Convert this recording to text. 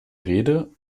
rede